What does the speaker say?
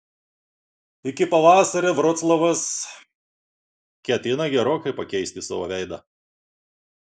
iki pavasario vroclavas ketina gerokai pakeisti savo veidą